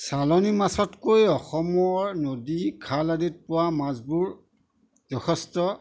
চালানী মাছতকৈ অসমৰ নদী খাল আদিত পোৱা মাছবোৰ যথেষ্ট